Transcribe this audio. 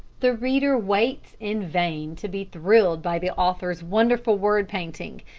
the reader waits in vain to be thrilled by the author's wonderful word-painting.